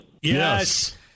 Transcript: Yes